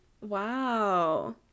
Wow